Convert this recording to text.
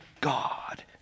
God